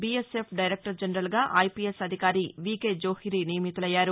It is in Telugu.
బీఎస్ఎఫ్ డైరెక్లర్ జనరల్గా ఐపీఎస్ అధికారి వీకే జోప్రి నియమితులయ్యారు